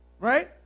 Right